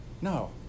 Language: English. no